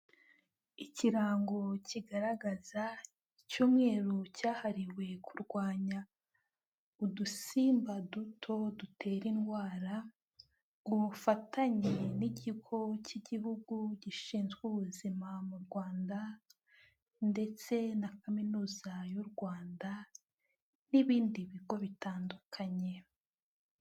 Ikirango kigaragaza icyumweru cyahariwe kurwanya udusimba duto dutera indwara, ku bufatanye n'Ikigo cy'Igihugu Gishinzwe Ubuzima mu Rwanda ndetse na kaminuza y'u Rwanda n'ibindi bigo bitandukanye.